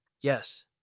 Yes